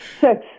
six